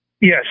Yes